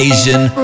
Asian